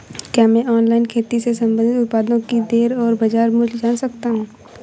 क्या मैं ऑनलाइन खेती से संबंधित उत्पादों की दरें और बाज़ार मूल्य जान सकता हूँ?